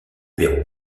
pérou